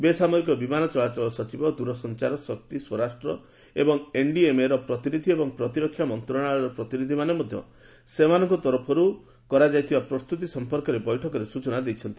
ବେସାମରିକ ବିମାନ ଚଳାଚଳ ସଚିବ ଦୂରସଞ୍ଚାର ଶକ୍ତି ସ୍ୱରାଷ୍ଟ୍ର ଏବଂ ଏନ୍ଡିଏମ୍ଏର ପ୍ରତିନିଧି ଏବଂ ପ୍ରତିରକ୍ଷା ମନ୍ତ୍ରଣାଳୟର ପ୍ରତିନିଧିମାନେ ମଧ୍ୟ ସେମାନଙ୍କ ତରଫରୁ କରାଯାଇଥିବା ପ୍ରସ୍ତୁତି ସମ୍ପର୍କରେ ବୈଠକରେ ସୂଚନା ଦେଇଛନ୍ତି